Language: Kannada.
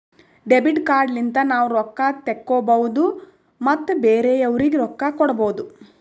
ಡೆಬಿಟ್ ಕಾರ್ಡ್ ಲಿಂತ ನಾವ್ ರೊಕ್ಕಾ ತೆಕ್ಕೋಭೌದು ಮತ್ ಬೇರೆಯವ್ರಿಗಿ ರೊಕ್ಕಾ ಕೊಡ್ಭೌದು